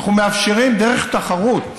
אנחנו מאפשרים, דרך תחרות,